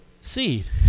seed